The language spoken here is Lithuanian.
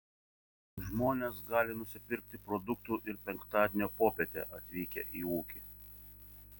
žmonės gali nusipirkti produktų ir penktadienio popietę atvykę į ūkį